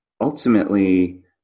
ultimately